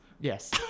Yes